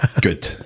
good